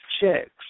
checks